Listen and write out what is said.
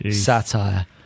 satire